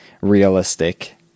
realistic